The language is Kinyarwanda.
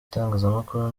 itangazamakuru